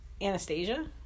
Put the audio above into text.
Anastasia